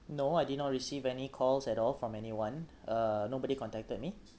no I did not receive any calls at all from anyone uh nobody contacted me